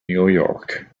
york